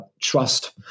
trust